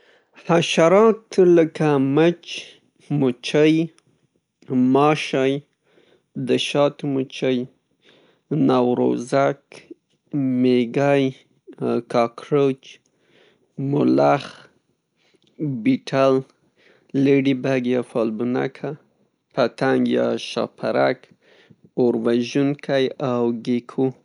حشراتو لکه مچ، مچۍ، ماشی، د شاتو مچۍ، نوروزک، میږی، کاکروچ، ملخ، بیټل، لیډی بګ یا فالبینکه، پټنګ یا شاهپرک، اوروژونکی او ګیکو.